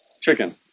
chicken